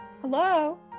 Hello